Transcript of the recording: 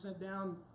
down